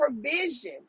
provision